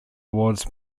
awards